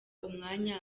umwanya